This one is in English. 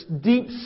deep